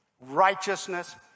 righteousness